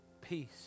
peace